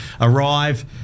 Arrive